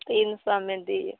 तीन सौओमे दिऔ